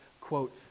quote